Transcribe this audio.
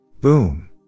boom